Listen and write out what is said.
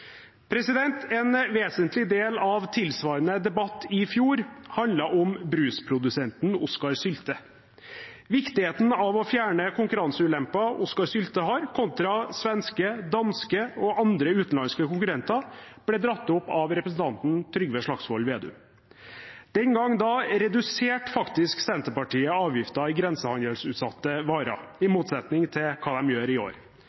En vesentlig del av tilsvarende debatt i fjor handlet om brusprodusenten Oskar Sylte. Viktigheten av å fjerne konkurranseulemper Oskar Sylte har, kontra svenske, danske og andre utenlandske konkurrenter, ble tatt opp av representanten Trygve Slagsvold Vedum. Den gang reduserte faktisk Senterpartiet avgifter på grensehandelsutsatte varer, i motsetning til hva de gjør i år.